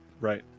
Right